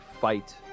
fight